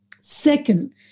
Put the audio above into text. second